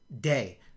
day